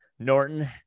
Norton